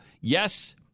Yes